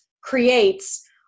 creates